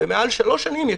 ומעל שלוש שנים,